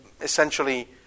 essentially